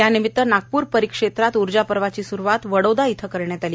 यानिमित्त नागपूर परिक्षेत्रात ऊर्जापर्वाची सुरुवात वडोदा येथे करण्यात आली